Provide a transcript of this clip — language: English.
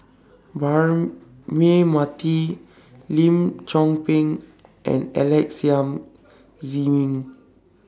Braema Mathi Lim Chong Pang and Alex Yam Ziming